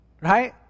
Right